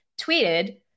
tweeted